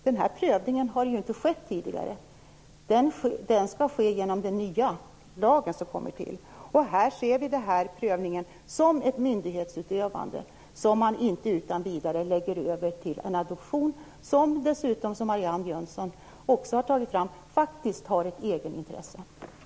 Den här prövningen har inte skett tidigare - den skall göras enligt den nya lag som kommer till. Vi ser den prövningen som ett myndighetsutövande som man inte utan vidare lägger över på en organisation, som dessutom som också Marianne Jönsson har sagt faktiskt har ett egenintresse.